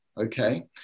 okay